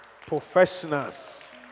professionals